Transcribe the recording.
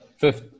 fifth